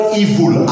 evil